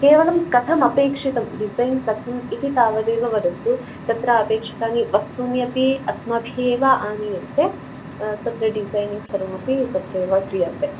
केवलं कथमपेक्षितं डिसैन् कथम् इति तावदेव वदन्तु तत्र अपेक्षितानि वस्तूनि अपि अस्माभिः एव आनीयन्ते तत्र डिसैनिङ्ग् सर्वमपि तत्रैव क्रियते